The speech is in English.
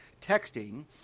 texting